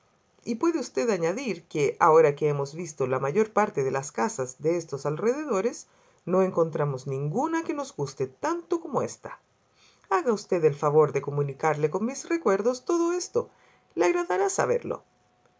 y puede usted añadir que ahora que hemos visto la mayor parte de las casas de estos alrededores no encontramos ninguna que pos guste tanto como ésta haga usted el favor de comunicarle con mis recuerdos todo esto le agradará saberlo